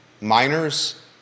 Minors